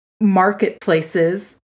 marketplaces